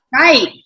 right